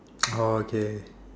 oh okay